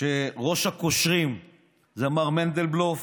כשראש הקושרים זה מר מנדלבלוף.